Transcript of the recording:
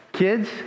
Kids